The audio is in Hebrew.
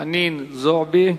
חנין זועבי,